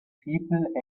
people